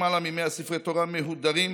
למעלה מ-100 ספרי תורה מהודרים,